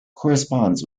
corresponds